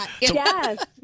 Yes